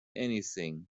anything